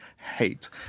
hate